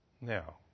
Now